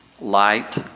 Light